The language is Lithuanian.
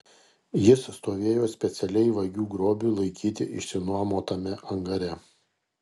jis stovėjo specialiai vagių grobiui laikyti išsinuomotame angare